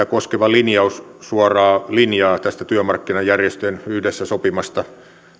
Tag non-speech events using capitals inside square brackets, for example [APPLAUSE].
[UNINTELLIGIBLE] koskeva linjaus suoraa linjaa tästä työmarkkinajärjestöjen yhdessä sopimasta